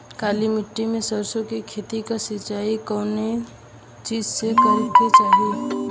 काली मिट्टी के सरसों के खेत क सिंचाई कवने चीज़से करेके चाही?